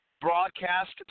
broadcast